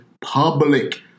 public